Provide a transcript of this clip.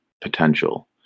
potential